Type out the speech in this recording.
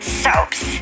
soaps